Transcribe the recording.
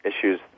issues